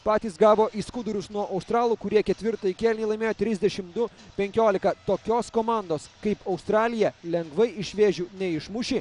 patys gavo į skudurus nuo australų kurie ketvirtąjį kėlinį laimėjo trisdešim du penkiolika tokios komandos kaip australija lengvai iš vėžių neišmuši